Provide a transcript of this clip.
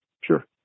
sure